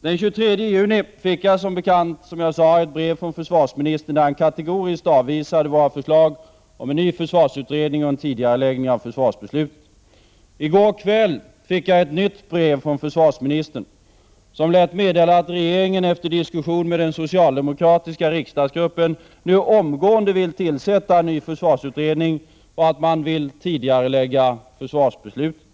Den 23 juni fick jag, som jag sade, ett brev från försvarsministern där han kategoriskt avvisade våra förslag om ny försvarsutredning och en tidigareläggning av försvarsbeslutet. I går kväll fick jag ett nytt brev från försvarsministern som lät meddela att regeringen efter diskussion med den socialdemokratiska riksdagsgruppen nu omgående vill tillsätta en ny försvarsutredning och att man vill tidigarelägga försvarsbeslutet.